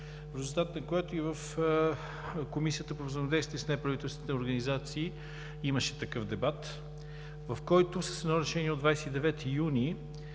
в резултат на което и в Комисията по взаимодействие с неправителствените организации имаше такъв дебат, в който с едно Решение от 29 юни